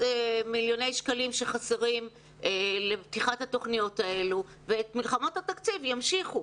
מיליוני שקלים שחסרים לפתיחת התוכניות האלו ואת מלחמות התקציב ימשיכו.